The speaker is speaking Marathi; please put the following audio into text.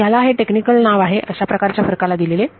तर याला हे टेक्निकल नाव आहे अशा प्रकारच्या फरकाला दिलेले